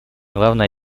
главное